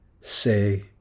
Say